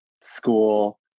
school